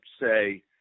say